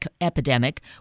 epidemic